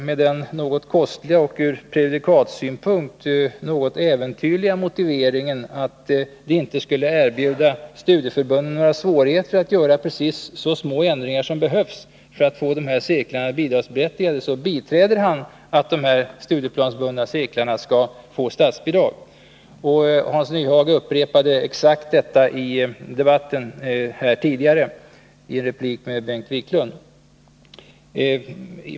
Med den något kostliga och ur prejudikatssynpunkt äventyrliga motiveringen, att det inte skulle erbjuda studieförbunden några svårigheter att göra precis så små ändringar som behövs för att få dessa cirklar bidragsberättigade, så biträder han att de studieplansbundna cirklarna skall få statsbidrag. Hans Nyhage upprepade exakt detta tidigare i debatten i ett replikskifte med Bengt Wiklund.